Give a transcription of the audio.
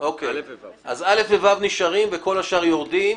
סעיפים אלה נשארים וכל השאר יורדים.